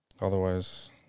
otherwise